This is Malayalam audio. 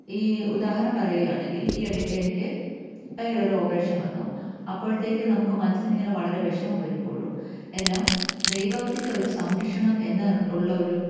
ഈ ഉദാഹരണം പറയുകയാണെങ്കിൽ ഈയിടെ എനിക്ക് ഭയങ്കര ഒരു ഓപ്പറേഷൻ വന്നു അപ്പോഴത്തേക്കും നമുക്ക് മനസിനിങ്ങനെ വളരെ വിഷമം വരുമ്പോഴും എല്ലാം ദൈവത്തിന്റെ ഒരു സംരക്ഷണം എന്ന ഉള്ള ഒരു